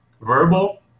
verbal